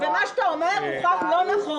ומה שאתה אומר הוא לא נכון.